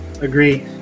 agree